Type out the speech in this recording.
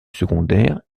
secondaire